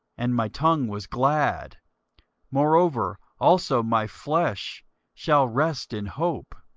and my tongue was glad moreover also my flesh shall rest in hope